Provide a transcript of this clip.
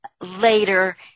later